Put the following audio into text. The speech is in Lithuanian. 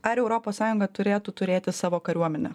ar europos sąjunga turėtų turėti savo kariuomenę